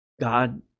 God